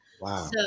Wow